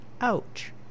Ouch